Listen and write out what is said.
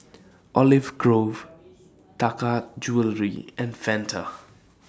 Olive Grove Taka Jewelry and Fanta